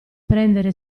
prendere